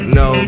no